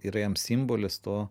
yra jam simbolis to